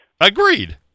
Agreed